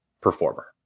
performer